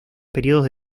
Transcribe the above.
periodos